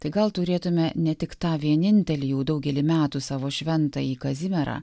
tai gal turėtume ne tik tą vienintelį jau daugelį metų savo šventąjį kazimierą